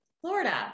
Florida